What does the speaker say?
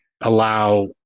allow